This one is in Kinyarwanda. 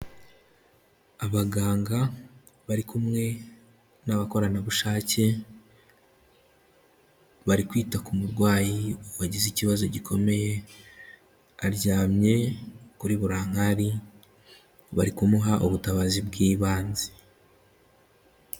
Abaganga bari kumwe n'abakoranabushake, bari kwita ku murwayi wagize ikibazo gikomeye, aryamye kuri burankari, bari kumuha ubutabazi bw'ibanze.